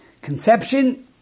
Conception